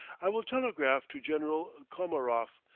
i will telegraph to general komaroff,